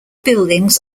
buildings